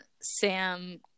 Sam